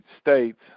states